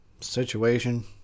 situation